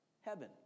heaven